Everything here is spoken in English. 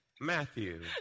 Matthew